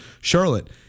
Charlotte